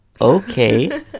Okay